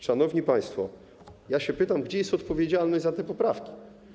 Szanowni państwo, pytam: Gdzie jest odpowiedzialność za te poprawki?